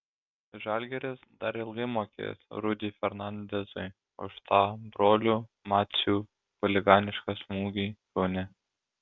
žalgiris dar ilgai mokės rudy fernandezui už tą brolių macių chuliganišką smūgį kaune